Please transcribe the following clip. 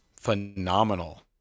phenomenal